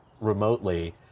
remotely